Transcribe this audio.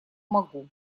могу